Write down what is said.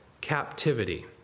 captivity